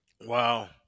Wow